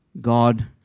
God